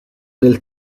del